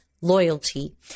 loyalty